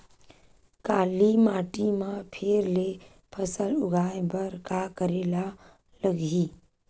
काली माटी म फेर ले फसल उगाए बर का करेला लगही?